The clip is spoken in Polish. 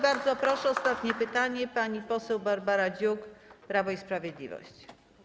Bardzo proszę, ostatnie pytanie, pani poseł Barbara Dziuk, Prawo i Sprawiedliwość.